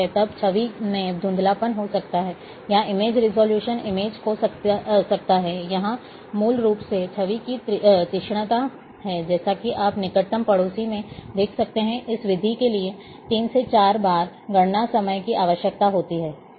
तब छवि में धुंधलापन हो सकता है या इमेज रेजोल्यूशन इमेज खो सकता है यहां मूल रूप से छवि की तीक्ष्णता है और जैसा कि आप निकटतम पड़ोसी में देख सकते हैं इस विधि के लिए 3 से 4 बार गणना समय की आवश्यकता होती है